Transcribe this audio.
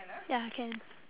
ya can